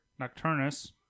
Nocturnus